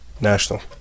national